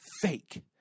fake